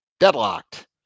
deadlocked